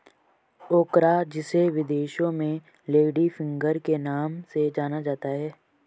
ओकरा जिसे विदेश में लेडी फिंगर के नाम से जाना जाता है